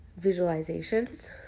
visualizations